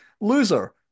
Loser